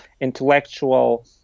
intellectual